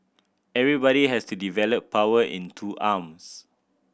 everybody has to develop power in two arms